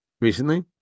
Recently